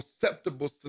susceptible